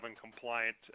compliant